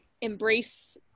embrace